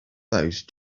those